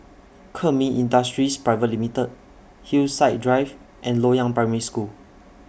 Kemin Industries Private Limited Hillside Drive and Loyang Primary School